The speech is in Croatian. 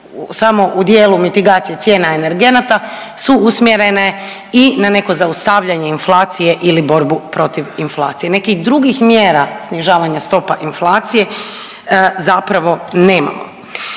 samo u dijelu mitigacije cijena energenata su usmjerene i na neko zaustavljanje inflacije ili borbu protiv inflacije. Nekih drugih mjera snižavanja stopa inflacije zapravo nemamo.